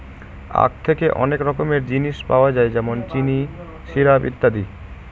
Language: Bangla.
আঁখ থেকে অনেক রকমের জিনিস পাওয়া যায় যেমন চিনি, সিরাপ, ইত্যাদি